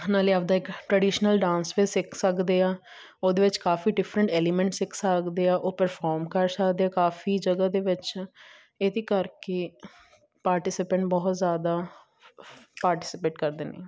ਨਾਲੇ ਆਪਦਾ ਇੱਕ ਟਰਡੀਸ਼ਨਲ ਡਾਂਸ ਵੀ ਸਿੱਖ ਸਕਦੇ ਆਂ ਉਹਦੇ ਵਿੱਚ ਕਾਫੀ ਡਿਫਰੈਂਟ ਐਲੀਮੈਂਟ ਸਿੱਖ ਸਕਦੇ ਆਂ ਉਹ ਪਰਫੋਰਮ ਕਰ ਸਕਦੇ ਆਂ ਕਾਫੀ ਜਗ੍ਹਾ ਦੇ ਵਿੱਚ ਇਹਦੇ ਕਰਕੇ ਪਾਰਟੀਸੀਪੈਂਟ ਬਹੁਤ ਜ਼ਿਆਦਾ ਪਾਰਟੀਸੀਪੇਟ ਕਰਦੇ ਨੇ